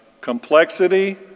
complexity